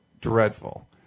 dreadful